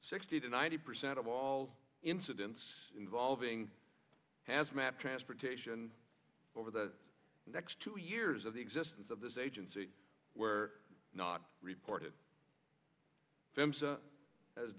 sixty to ninety percent of all incidents involving hazmat transportation over the next two years of the existence of this agency where not report it has